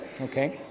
okay